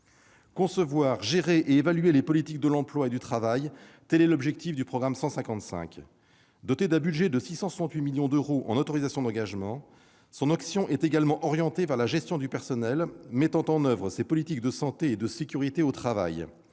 Concevoir, gérer et évaluer les politiques de l'emploi et du travail, tels sont les objectifs du programme 155. Celui-ci est doté d'un budget de 668 millions d'euros en autorisations d'engagement, et son action est également orientée vers la gestion du personnel mettant en oeuvre ces politiques de santé et de sécurité au travail,